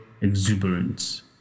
exuberance